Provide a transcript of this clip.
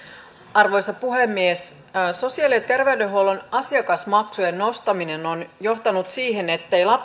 arvoisa puhemies sosiaali ja terveydenhuollon asiakasmaksujen nostaminen on johtanut siihen ettei